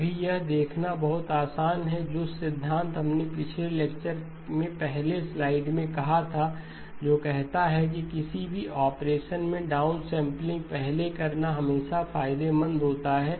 अभी यह देखना बहुत आसान है जो सिद्धांत हमने पिछले लेक्चर में पहले स्लाइड में कहा था जो कहता है कि किसी भी ऑपरेशन मे डाउन सैंपलिंग पहले करना हमेशा फायदेमंद होता है